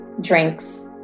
drinks